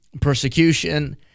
persecution